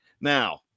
Now